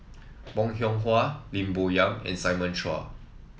Bong Hiong Hwa Lim Bo Yam and Simon Chua